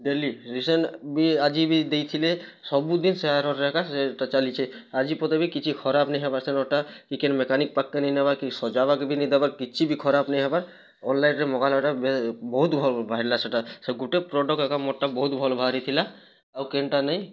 daily recent ବି ଆଜି ବି ଦେଇ ଥିଲେ ସବୁ ଦିନ୍ ସାର୍ଟ ହେରିକା ଚାଲିଛି ଆଜି ପର୍ଯ୍ୟନ୍ତ ବି କିଛି ଖରାବ ନାଇ ହବାର୍ ସେ ଆଇରନ୍ଟା କି ମେକାନିକ୍ ପାଖ୍ କେ ନେଇ ନବା କେ କି ସଜା ବେ କେ ନେଇ ଦବା କିଛି ବି ଖରାବ ନାଇ ହବା ଆନ୍ନାଇନ୍ରେ ମଗାଲ ଏଇଟା ହବା ବହୁତ ଭଲ ବାହାରିଲା ସେଇଟା ସେ ଗୋଟେ ପ୍ରଡ଼କ୍ଟ ଏକା ମୋଟା ବହୁତ୍ ଭଲ୍ ବାହାରି ଥିଲା ଆଉ କେନ୍ଟା ନାହିଁ